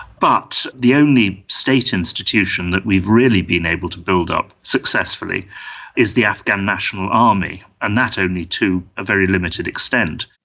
but the only state institution that we've really been able to build up successfully is the afghan national army, and that only to a very limited extent.